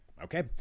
Okay